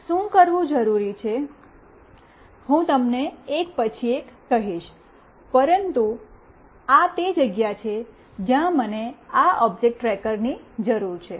શું કરવું જરૂરી છે હું તમને એક પછી એક કહીશ પરંતુ આ તે જગ્યા છે જ્યાં મને આ ઓબ્જેક્ટ ટ્રેકરની જરૂર છે